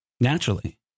naturally